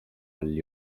all